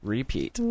Repeat